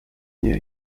dnie